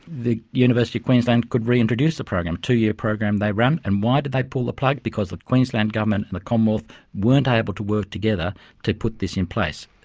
the university of queensland could reintroduce the program. two-year program they ran, and why did they pull the plug? because the queensland government and the commonwealth weren't able to work together to put this in place.